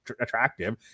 attractive